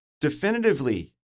definitively